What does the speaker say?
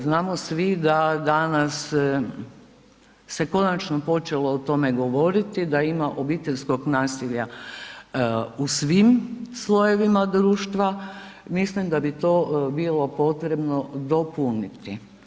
Znamo svi da danas se konačno počelo o tome govoriti da ima obiteljskog nasilja u svim slojevima društva, mislim da bi to bilo potrebno dopuniti.